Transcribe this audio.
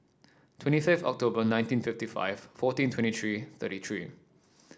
twenty fifth October nineteen fifty five fourteen twenty three thirty three